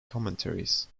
commentaries